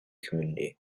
community